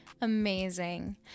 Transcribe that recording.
Amazing